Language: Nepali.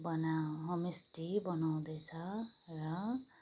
बनाउ होमस्टे बनाउँदैछ र